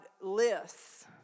lists